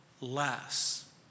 less